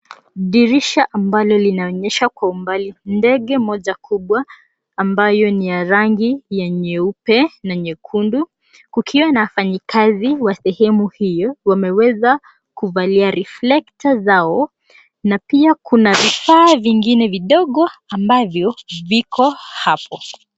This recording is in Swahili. Dirisha ambalo linaonyesha kwa umbali ndege moja kubwa, ambayo ni ya rangi ya nyeupe na nyekundu, kukiwa na wafanyikazi wa sehemu hiyo wameweza kuvalia reflector zao, na pia kuna vifaa vingine vidogo ambavyo viko hapo.